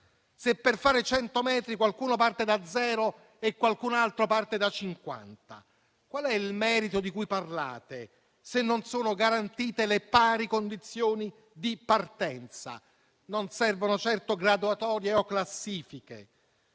- per fare cento metri - qualcuno parte da zero e qualcun altro parte da cinquanta? Qual è il merito di cui parlate, se non sono garantite le pari condizioni di partenza? Non servono certo graduatorie o classifiche